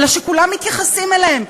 אלא שכולם מתייחסים אליהם,